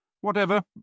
Whatever